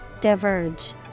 Diverge